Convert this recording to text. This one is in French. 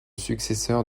successeur